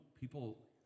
people